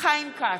חיים כץ,